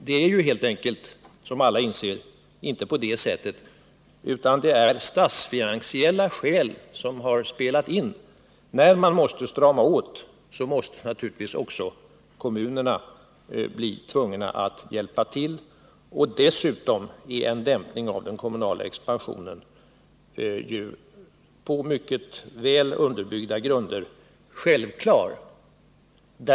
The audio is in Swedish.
Som alla inser är det ju helt enkelt inte på det sättet, utan det är statsfinansiella skäl som har varit avgörande. När man måste strama åt måste naturligtvis också kommunerna hjälpa till. Dessutom är en dämpning av den kommunala expansionen på mycket goda grunder en självklarhet.